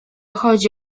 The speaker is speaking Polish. chodzi